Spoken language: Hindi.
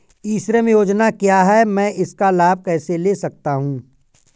ई श्रम योजना क्या है मैं इसका लाभ कैसे ले सकता हूँ?